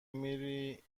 میری